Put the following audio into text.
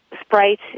Sprite